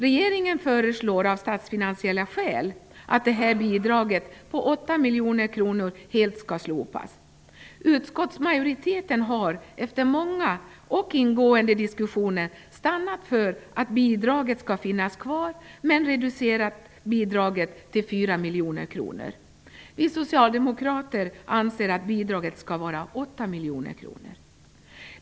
Regeringen föreslår av statsfinansiella skäl att detta bidrag på 8 miljoner kronor helt skall slopas. Utskottsmajoriteten har efter många och ingående diskussioner stannat för att bidraget skall finnas kvar men har reducerat bidraget till 4 miljoner kronor. Vi socialdemokrater anser att bidraget skall vara 8 miljoner kronor.